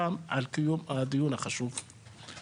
שוב תודה רבה על קיום הדיון החשוב הזה.